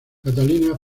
catalina